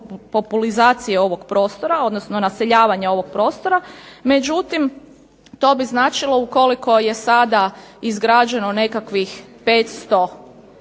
populizacije ovog prostora, odnosno naseljavanja ovog prostora. Međutim, to bi značilo ukoliko je sada izgrađeno nekakvih 500 i